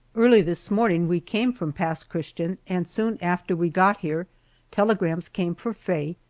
early this morning we came from pass christian, and soon after we got here telegrams came for faye,